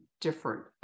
different